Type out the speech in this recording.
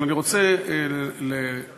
אבל אני רוצה להשתמש,